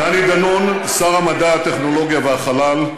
דני דנון, שר המדע, הטכנולוגיה והחלל,